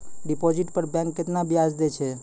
Deposit पर bank केतना ब्याज दै छै?